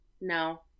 No